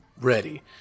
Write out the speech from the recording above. ready